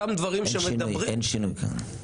אין שינוי, אין שינוי כאן.